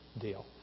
deal